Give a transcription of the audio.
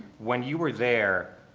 when you were there,